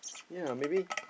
ya maybe